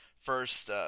first